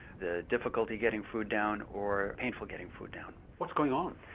the difficulty getting food down, or painful getting food down. what's going on?